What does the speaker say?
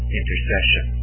intercession